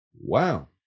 Wow